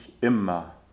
immer